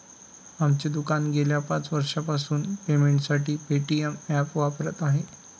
आमचे दुकान गेल्या पाच वर्षांपासून पेमेंटसाठी पेटीएम ॲप वापरत आहे